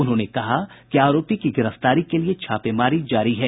उन्होंने कहा कि आरोपी की गिरफ्तारी के लिए छापेमारी जारी है